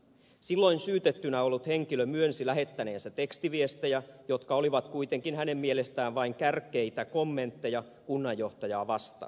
silloin syytettynä ollut henkilö myönsi lähettäneensä tekstiviestejä jotka olivat kuitenkin hänen mielestään vain kärkkäitä kommentteja kunnanjohtajaa vastaan